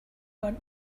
want